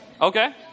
Okay